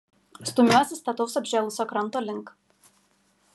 stumiuosi stataus apžėlusio kranto link